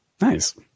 Nice